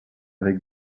avec